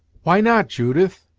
why not, judith?